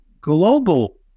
Global